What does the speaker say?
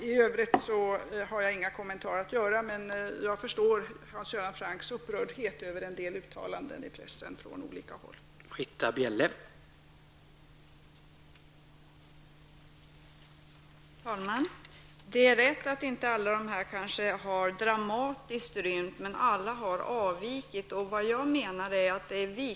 I övrigt har jag inga kommentarer, men jag förstår Hans Göran Francks upprördhet över en del uttalanden från olika håll i pressen.